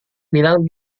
bilang